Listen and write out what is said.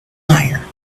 there